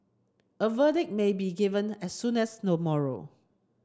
a verdict may be given as soon as tomorrow